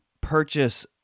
purchase